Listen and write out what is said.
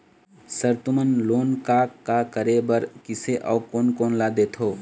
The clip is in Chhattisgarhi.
सर तुमन लोन का का करें बर, किसे अउ कोन कोन ला देथों?